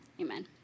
Amen